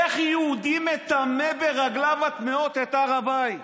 איך יהודי מטמא ברגליו הטמאות את הר הבית,